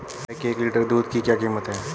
गाय के एक लीटर दूध की क्या कीमत है?